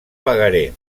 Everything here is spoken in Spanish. pagaré